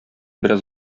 бераз